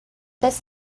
this